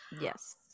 Yes